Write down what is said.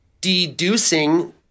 deducing